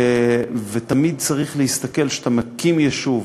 ותמיד צריך להסתכל, כשאתה מקים יישוב,